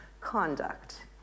conduct